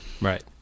Right